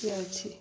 ଯାଉଛି